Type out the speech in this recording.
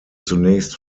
zunächst